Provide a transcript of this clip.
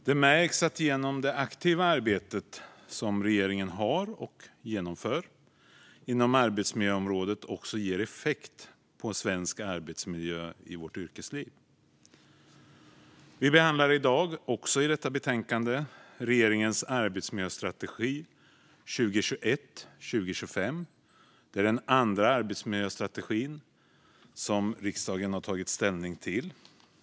Det märks att det aktiva arbete som regeringen har och genomför inom arbetsmiljöområdet ger effekt på arbetsmiljön i vårt yrkesliv. Vi behandlar i dag regeringens arbetsmiljöstrategi 2021-2025. Det är regeringens andra arbetsmiljöstrategi som riksdagen tar ställning till.